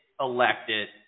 elected